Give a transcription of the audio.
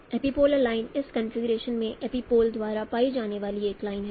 epipolar line इस configuration में epipole द्वारा पाई जाने वाली एक लाइन है